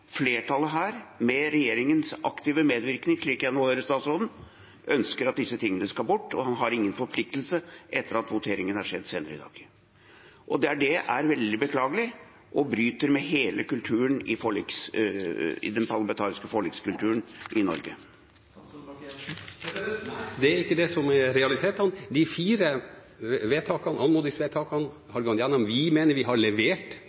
flertallet her, med regjeringens aktive medvirkning, slik jeg nå hører statsråden, ønsker at disse tingene skal bort, og han har ingen forpliktelse etter at voteringen er skjedd senere i dag. Det er veldig beklagelig og bryter med hele den parlamentariske forlikskulturen i Norge. Nei, det er ikke det som er realiteten. De fire anmodningsvedtakene – vi mener vi har levert